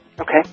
Okay